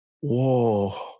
Whoa